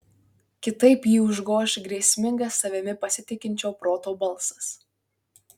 kitaip jį užgoš grėsmingas savimi pasitikinčio proto balsas